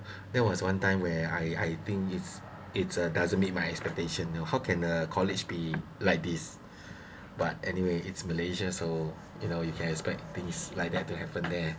that was one time where I I think it's it's uh doesn't meet my expectation know how can a college be like this but anyway it's malaysia so you know you can expect this like that to happen there